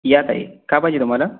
या ताई काय पाहिजे तुम्हाला